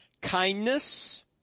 kindness